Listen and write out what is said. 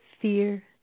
fear